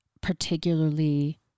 particularly